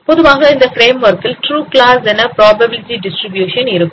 பொதுவாக இந்த பிரேம்வொர்க் ல் ட்ரூ கிளாஸ் கான புரோபாபிலிடி டிஸ்ட்ரிபியூஷன் இருக்கும்